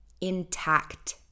intact